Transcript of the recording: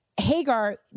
Hagar